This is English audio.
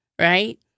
right